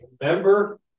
remember